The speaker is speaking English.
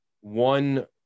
one